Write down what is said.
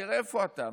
תראה איפה אתה.